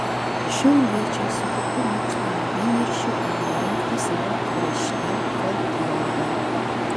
šiauliečiai su tikru moksliniu įniršiu ėmė rinkti savo krašte folklorą